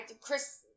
Chris